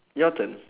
your turn